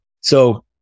So-